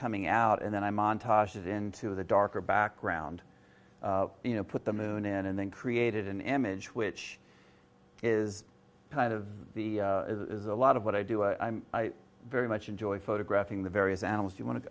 coming out and then i montage it into the darker background you know put the moon in and then created an image which is kind of the is a lot of what i do i'm very much enjoy photographing the various animals you want to